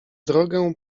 drogę